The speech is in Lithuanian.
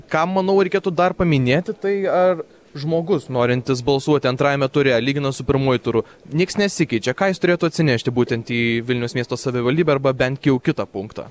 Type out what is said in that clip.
ką manau reikėtų dar paminėti tai ar žmogus norintis balsuoti antrajame ture lyginant su pirmuoju turu niekas nesikeičia ką jis turėtų atsinešti būtent į vilniaus miesto savivaldybę arba bent jau kitą punktą